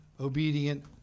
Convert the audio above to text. obedient